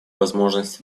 возможности